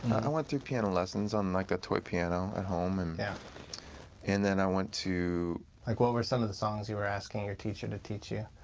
i went through piano lessons on like a toy piano at home. and yeah and then i went to like what were some of the songs you were asking your teacher to teach you?